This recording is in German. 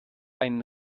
einen